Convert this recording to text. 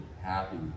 happy